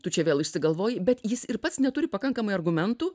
tu čia vėl išsigalvoji bet jis ir pats neturi pakankamai argumentų